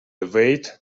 evade